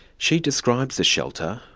she describes the shelter,